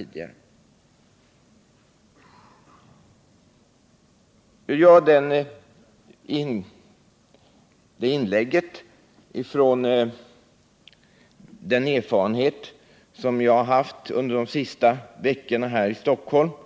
Jag utgår i mitt inlägg från de erfarenheter som jag under de senaste veckorna gjort